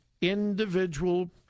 individual